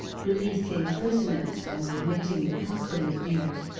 releasing prisoners and remitting the customs-dues,